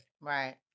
Right